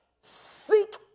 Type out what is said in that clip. Seek